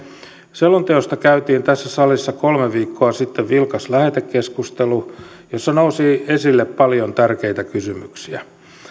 selonteosta käytiin tässä salissa kolme viikkoa sitten vilkas lähetekeskustelu jossa nousi esille paljon tärkeitä kysymyksiä